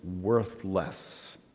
worthless